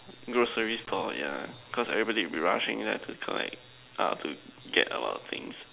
groceries store yeah cause everybody will be rushing and have to collect err to get a lot of things